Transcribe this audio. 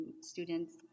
students